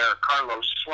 Carlos